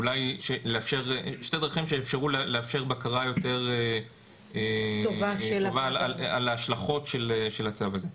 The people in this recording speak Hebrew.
שתי דרכים שיאפשרו בקרה יותר טובה על ההשלכות של הצו הזה.